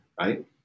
right